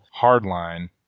hardline